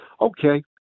okay